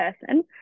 person